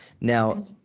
Now